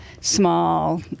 small